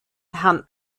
herrn